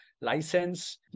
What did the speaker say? license